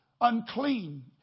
unclean